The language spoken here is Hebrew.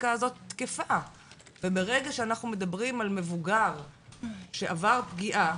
הסטטיסטיקה הזו תקפה וברגע שאנחנו מדברים על מבוגר שעבר פגיעה